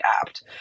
apt